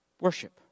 Worship